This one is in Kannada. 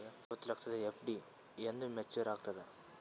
ಐವತ್ತು ಲಕ್ಷದ ಎಫ್.ಡಿ ಎಂದ ಮೇಚುರ್ ಆಗತದ?